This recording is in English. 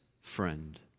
friend